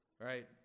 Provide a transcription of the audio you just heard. right